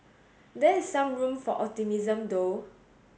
there is some room for optimism though